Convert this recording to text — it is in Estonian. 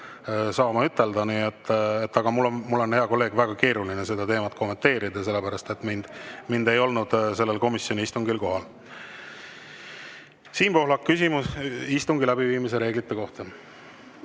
sekka ütelda. Aga mul on, hea kolleeg, väga keeruline seda teemat kommenteerida, sellepärast et mind ei olnud sellel komisjoni istungil. Siim Pohlak, küsimus istungi läbiviimise reeglite kohta.